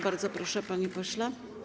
Bardzo proszę, panie pośle.